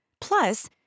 Plus